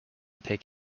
pick